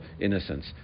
innocence